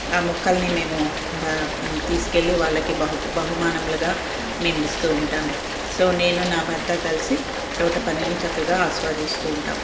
ఆ మొక్కల్ని మేము తీసుకెళ్ళి వాళ్ళకి బహు బహుమానములుగా మేము ఇస్తూ ఉంటాము సో నేను నా భర్త కలిసి తోటపనిని చక్కగా ఆస్వాదిస్తూ ఉంటాం